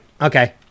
Okay